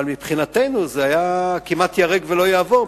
אבל מבחינתנו זה היה כמעט ייהרג ולא יעבור,